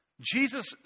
Jesus